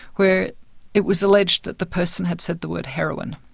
where it was alleged that the person had said the word heroin.